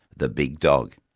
the big dog.